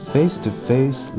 Face-to-Face